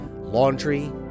Laundry